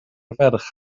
ferch